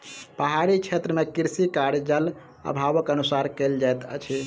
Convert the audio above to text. पहाड़ी क्षेत्र मे कृषि कार्य, जल अभावक अनुसार कयल जाइत अछि